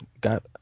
got